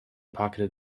pocketed